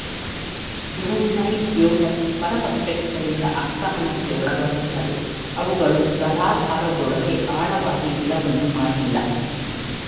juvenile geoduck ಪರಭಕ್ಷಕಗಳಿಂದ ಆಕ್ರಮಣಕ್ಕೆ ಒಳಗಾಗುತ್ತವೆ ಅವುಗಳು ತಲಾಧಾರದೊಳಗೆ ಆಳವಾಗಿ ಬಿಲವನ್ನು ಮಾಡಿಲ್ಲ